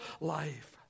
life